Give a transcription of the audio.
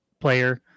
player